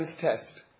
test